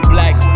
Black